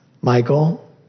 Michael